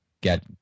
get